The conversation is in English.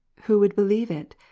who would believe it?